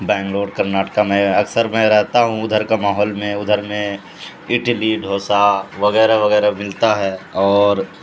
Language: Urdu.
بینگلور کرناٹکا میں اکثر میں رہتا ہوں ادھر کا ماحول میں ادھر میں اٹلی ڈھوسا وغیرہ وغیرہ ملتا ہے اور